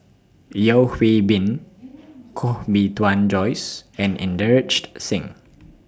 Yeo Hwee Bin Koh Bee Tuan Joyce and Inderjit Singh